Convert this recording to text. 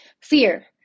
Fear